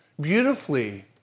beautifully